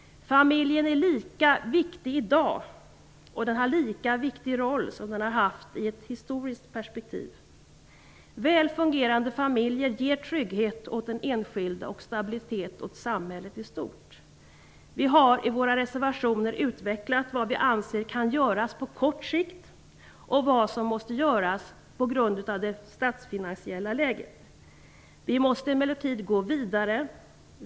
Familjen är lika viktig i dag och den har lika viktig roll som den har haft i ett historiskt perspektiv. Väl fungerande familjer ger trygghet åt den enskilde och stabilitet åt samhället i stort. Vi har i våra reservationer utvecklat vad vi anser kan göras på kort sikt och vad som måste göras på grund av det statsfinansiella läget. Vi måste emellertid gå vidare.